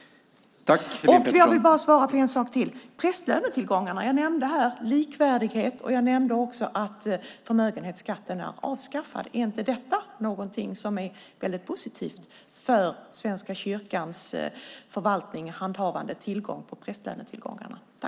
Jag vill svara på en sak till, nämligen prästlönetillgångarna. Jag nämnde likvärdighet och jag nämnde också att förmögenhetsskatten är avskaffad. Är inte detta något som är väldigt positivt för Svenska kyrkans förvaltning och handhavande av prästlönetillgångarna?